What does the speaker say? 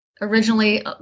originally